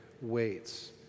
waits